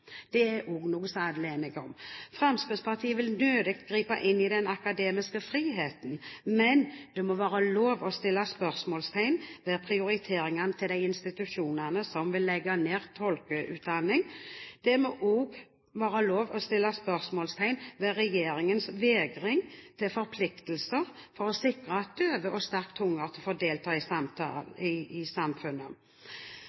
Det er også noe alle er enige om. Fremskrittspartiet vil nødig gripe inn i den akademiske friheten, men det må være lov å stille spørsmål ved prioriteringene til de institusjonene som vil legge ned tolkeutdanningen. Det må også være lov å stille spørsmål ved regjeringens vegring mot forpliktelser for å sikre at døve og sterkt tunghørte får delta i